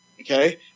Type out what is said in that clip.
Okay